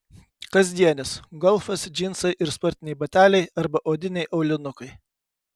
kasdienis golfas džinsai ir sportiniai bateliai arba odiniai aulinukai